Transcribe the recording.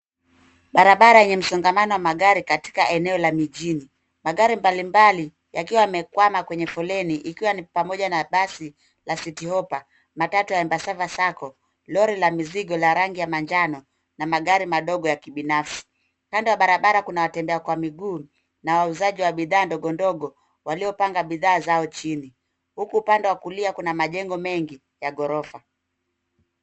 Barabara yenye msongamano wa magari katika eneo la mijini. Magari mbalimbali yakiwa yamekwama kwenye foleni ikiwa ni pamoja na basi la City Hoppa, matatu ya Embasava Sacco, lori la mizigo la rangi ya manjano na magari madogo ya kibinafsi. Kando ya barabara kuna watembea kwa miguu na wauzaji wa bidhaa ndogondogo waliopanga bidhaa zao chini. Huku upande wa kulia kuna majengo mengi ya ghorofa.